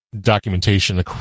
documentation